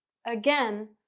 again,